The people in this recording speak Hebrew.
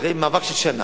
אחרי מאבק של שנה,